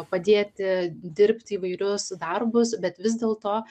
padėti dirbti įvairius darbus bet vis dėlto